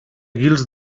guils